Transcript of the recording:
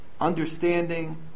Understanding